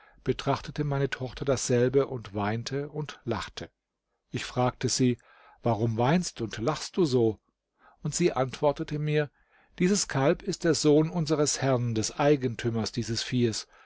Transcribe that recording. betrachtete meine tochter dasselbe und weinte und lachte ich fragte sie warum weinst und lachst du so und sie antwortete mir dieses kalb ist der sohn unseres herrn des eigentümers dieses viehes